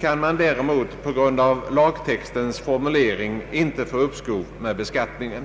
kan man däremot på grund av lagtextens formulering inte få uppskov med beskattningen.